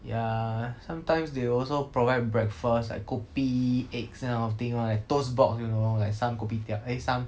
ya sometimes they also provide breakfast like kopi eggs this kind of thing one at Toast Box you know like some kopitiam eh some